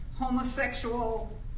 homosexual